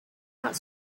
not